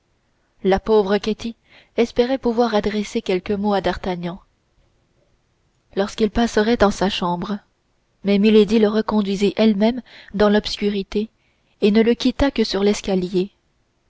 la pauvre ketty espérait pouvoir adresser quelques mots à d'artagnan lorsqu'il passerait dans sa chambre mais milady le reconduisit elle-même dans l'obscurité et ne le quitta que sur l'escalier